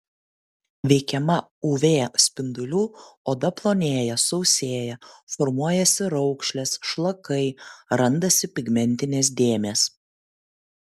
veikiama uv spindulių odą plonėja sausėja formuojasi raukšlės šlakai randasi pigmentinės dėmės